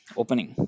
opening